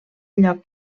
lloc